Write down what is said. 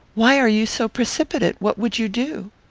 why are you so precipitate? what would you do?